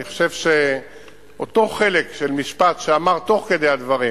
אני חושב שאותו חלק של משפט שאמרת תוך כדי הדברים,